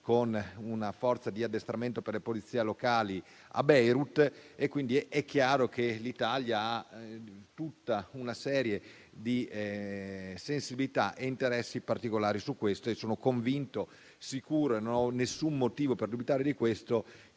con una forza di addestramento per le polizie locali a Beirut. Quindi, è chiaro che l'Italia ha tutta una serie di sensibilità e interessi particolari su questo. Sono convinto e non ho alcun motivo per dubitare che